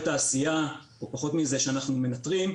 תעשייה או פחות מזה שאנחנו מנטרים,